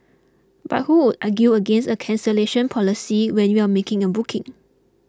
but who would argue against a cancellation policy when you are making a booking